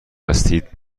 هستید